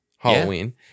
Halloween